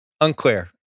Unclear